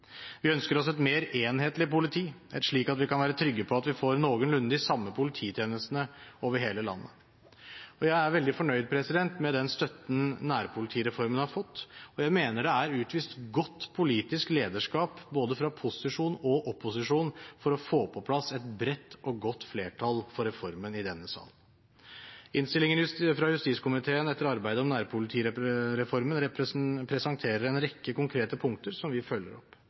Vi ønsker oss et mer enhetlig politi, slik at vi kan være trygge på at vi får noenlunde de samme polititjenestene over hele landet. Jeg er veldig fornøyd med den støtten nærpolitireformen har fått, og jeg mener det er utvist godt politisk lederskap, fra både posisjon og opposisjon, for å få på plass et bredt og godt flertall for reformen i denne salen. Innstillingen fra justiskomiteen etter arbeidet med nærpolitireformen presenterer en rekke konkrete punkter som vi følger opp.